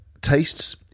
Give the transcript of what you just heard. tastes